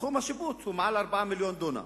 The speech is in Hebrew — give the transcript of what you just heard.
תחום השיפוט הוא מעל 4 מיליוני דונם,